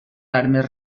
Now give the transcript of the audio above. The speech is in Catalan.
armes